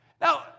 Now